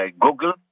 Google